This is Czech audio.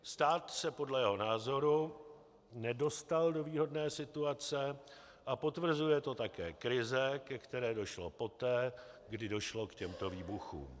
Stát se podle jeho názoru nedostal do výhodné situace a potvrzuje to také krize, ke které došlo poté, kdy došlo k těmto výbuchům.